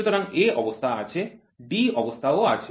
সুতরাং a অবস্থা আছে d অবস্থা ও আছে